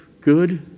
good